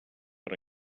per